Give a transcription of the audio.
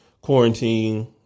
quarantine